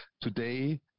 today